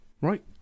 right